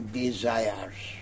desires